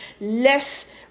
less